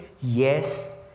yes